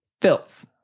filth